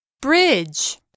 bridge